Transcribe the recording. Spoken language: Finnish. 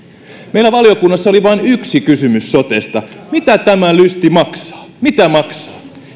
meillä valiokunnassa oli vain yksi kysymys sotesta mitä tämä lysti maksaa mitä maksaa